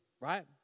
right